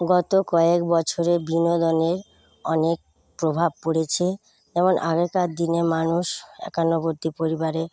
গত কয়েক বছরে বিনোদনের অনেক প্রভাব পড়েছে যেমন আগেকার দিনে মানুষ একান্নবর্তী পরিবারে